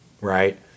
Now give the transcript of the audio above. right